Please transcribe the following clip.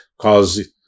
cause